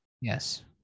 Yes